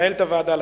למנהלת הוועדה,